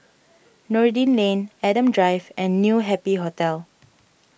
Noordin Lane Adam Drive and New Happy Hotel